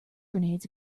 grenades